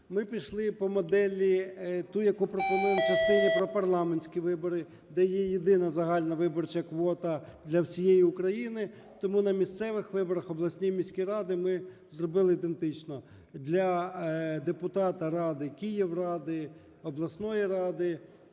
Ми пішли по моделі, ту, яку пропонуємо в частині про парламентські вибори, де є єдина загальна виборча квота для всієї України, тому на місцевих виборах в обласні, міські ради ми зробили ідентично: для депутата ради, Київради, обласної ради